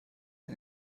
ein